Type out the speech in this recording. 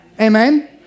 amen